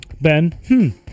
Ben